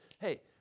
hey